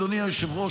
אדוני היושב-ראש,